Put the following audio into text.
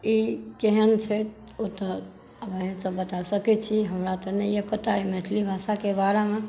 हमरालोकनिकेॅं नीक लागैया अहाँसबकेॅं कि नहि नीक लागैया ई भाषा अहाँसबकेँ